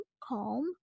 calm